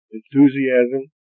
enthusiasm